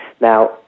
Now